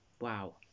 Wow